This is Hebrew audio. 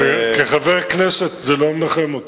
זה לא מנחם אותי.